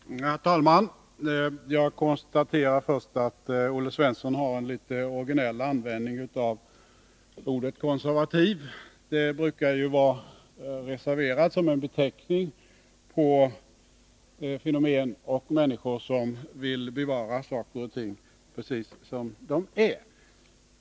Herr talman! Jag konstaterar först att Olle Svensson har en litet originell användning av ordet konservativ. Det brukar vara reserverat som beteckning på fenomen och människor som vill bevara saker och ting precis som de är.